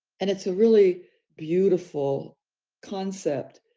and it's a really beautiful concept.